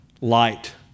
light